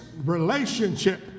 Relationship